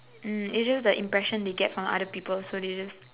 um it's just the impression you get from other people so they just